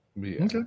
Okay